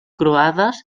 croades